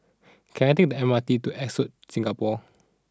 can I take the M R T to Ascott Singapore